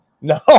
No